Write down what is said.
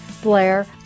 Blair